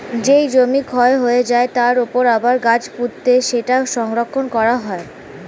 যেই জমি ক্ষয় হয়ে যায়, তার উপর আবার গাছ পুঁতে সেটা সংরক্ষণ করা হয়